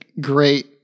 great